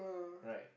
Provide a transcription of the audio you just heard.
right